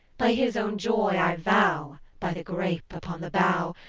by his own joy i vow, by the grape upon the bough,